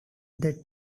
they